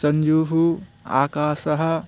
सञ्जुः आकाशः